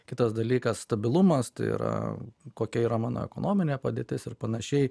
kitas dalykas stabilumas tai yra kokia yra mano ekonominė padėtis ir panašiai